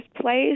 Place